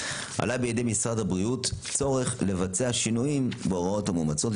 עלה במשרד הבריאות צורך לבצע שינויים בהוראות המאומצות.